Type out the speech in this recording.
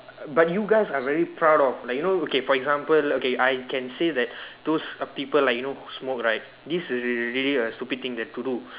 but you guys are very proud of like you know okay for example okay I can say that those uh people who you know smoke right this is really a stupid thing to do